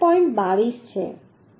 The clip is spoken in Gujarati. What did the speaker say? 22 છે બરાબર